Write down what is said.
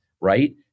right